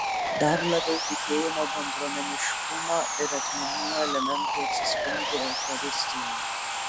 dar labiau tikėjimo bendruomeniškumo ir atminimo elementai atsispindi eucharistijoje